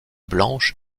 blanche